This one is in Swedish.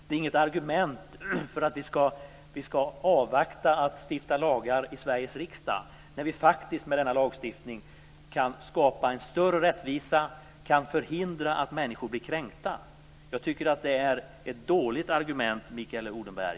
Det är inget argument för att vi skall avvakta med att stifta lagar i Sveriges riksdag, när vi faktiskt med denna lagstiftning kan skapa en större rättvisa och förhindra att människor blir kränkta. Jag tycker att det är ett dåligt argument, Mikael Odenberg.